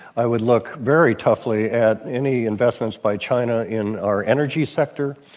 i would look very toughly at any investments by china in our energy sector,